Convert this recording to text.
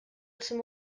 zum